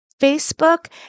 Facebook